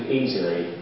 easily